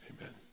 Amen